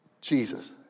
Jesus